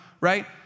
Right